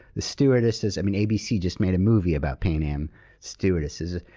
the stewardesses. i mean, abc just made a movie about pan am stewardesses.